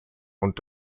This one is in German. und